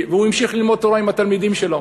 והוא המשיך ללמוד תורה עם התלמידים שלו.